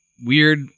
weird